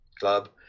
club